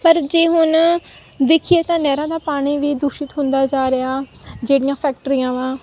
ਪਰ ਜੇ ਹੁਣ ਦੇਖੀਏ ਤਾਂ ਨਹਿਰਾਂ ਦਾ ਪਾਣੀ ਵੀ ਦੂਸ਼ਿਤ ਹੁੰਦਾ ਜਾ ਰਿਹਾ ਜਿਹੜੀਆਂ ਫੈਕਟਰੀਆਂ ਵਾ